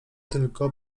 tylko